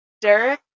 Derek